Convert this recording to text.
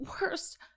worst